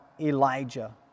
elijah